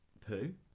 poo